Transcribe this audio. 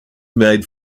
made